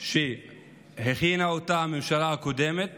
שהכינה הממשלה הקודמת